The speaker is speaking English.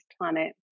planet